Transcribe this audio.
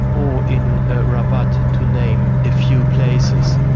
or in rabat to name a few places,